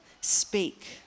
speak